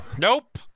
Nope